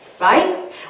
right